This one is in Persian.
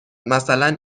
مثلا